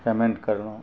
payment करलहुँ